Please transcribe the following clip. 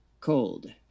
cold